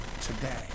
today